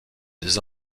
des